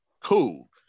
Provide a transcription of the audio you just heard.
Cool